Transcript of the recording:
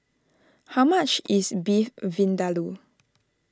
how much is Beef Vindaloo